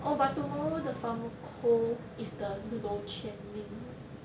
oh but tomorrow the pharmaco is the low chian ling right